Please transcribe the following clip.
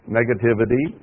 negativity